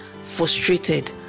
frustrated